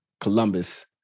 Columbus